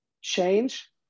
change